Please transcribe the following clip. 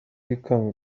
yikanga